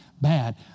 bad